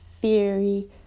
theory